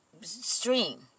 stream